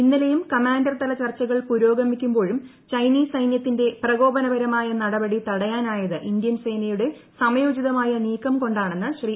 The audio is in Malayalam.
ഇന്നലെയും കമാൻഡർ തല ചർച്ചകൾ പുരോഗമിക്കുമ്പോഴും ചൈനീസ് സൈന്യത്തിന്റെ പ്രകോപനപരമായ നടപടി തടയാനായത് ഇന്ത്യൻ സേനയുടെ സമയോചിതമായ നീക്കം കൊണ്ടാണെന്ന് ശ്രീ